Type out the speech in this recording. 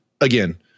again